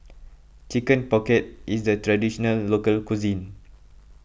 Chicken Pocket is a Traditional Local Cuisine